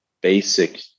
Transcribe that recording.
basic